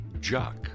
jock